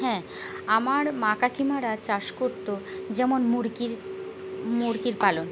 হ্যাঁ আমার মা কাকিমারা চাষ করতো যেমন মুরগির মুরগি পালন